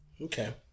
okay